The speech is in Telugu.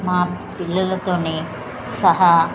మా పిల్లలతో సహా